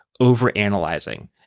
overanalyzing